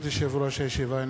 ברשות יושב-ראש הישיבה,